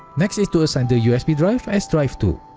next is to assign the usb drive as drive two